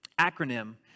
acronym